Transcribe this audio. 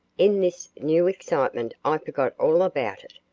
in this new excitement i forgot all about it.